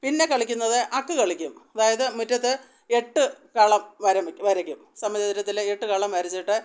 പിന്നെ കളിക്കുന്നത് അക്ക് കളിക്കും അതായത് മുറ്റത്ത് എട്ടു കളം വരയ്ക്കും സമചതുരത്തിൽ എട്ടു കളം വരച്ചിട്ട്